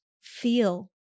feel